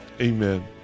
Amen